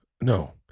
no